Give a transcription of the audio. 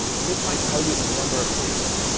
and this might tell you a number of things.